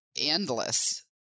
endless